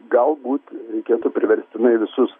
galbūt reikėtų priverstinai visus